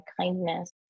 kindness